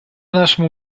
нашему